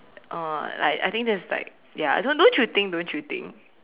oh like I think that's like ya I don't you think don't you think